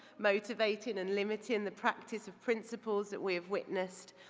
motivated and limiting the practice of principles that we have witnessed.